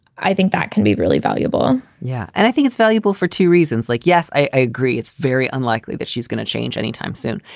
i think that can be really valuable yeah, and i think it's valuable for two reasons. like, yes, i i agree. it's very unlikely that she's going to change anytime soon.